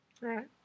Right